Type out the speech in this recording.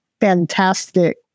fantastic